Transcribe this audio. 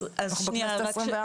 אנחנו בכנסת ה-24.